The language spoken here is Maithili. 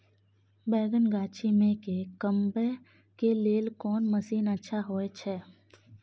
बैंगन गाछी में के कमबै के लेल कोन मसीन अच्छा होय छै?